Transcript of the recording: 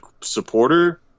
supporter